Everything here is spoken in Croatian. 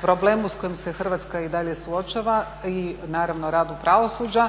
problemu s kojim se Hrvatska dalje suočava i naravno u radu pravosuđa